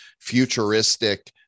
futuristic